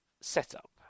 setup